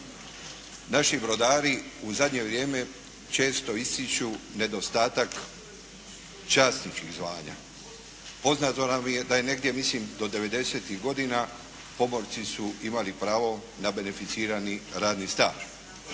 Naši brodari u zadnje vrijeme često ističu nedostatak časničkih zvanja. Poznato nam je da je negdje mislim do devedesetih godina pomorci su imali pravo na beneficirani radni staž.